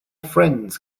friends